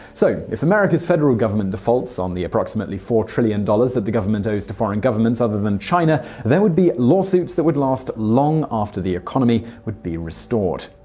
so if america's federal government defaults on the approximately four trillion dollars that the government owes to foreign governments other than china, there would be lawsuits that would last long after the economy would likely be restored.